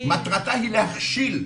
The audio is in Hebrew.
מטרתה היא להכשיל,